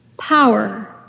Power